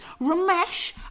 Ramesh